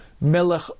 Melech